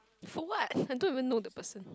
for what I don't even know the person